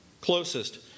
closest